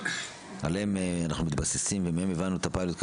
עליהם אנחנו מתבססים ומהם הבנו שוב את הפיילוט.